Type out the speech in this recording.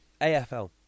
AFL